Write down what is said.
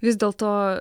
vis dėl to